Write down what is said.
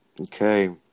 Okay